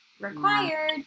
required